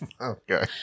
Okay